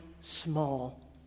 small